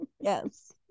Yes